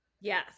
Yes